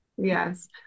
Yes